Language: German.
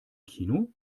kino